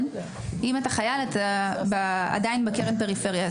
אם אתה חייל אתה עדיין בקרן הפריפריה,